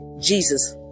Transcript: Jesus